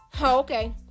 okay